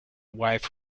wife